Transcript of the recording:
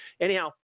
Anyhow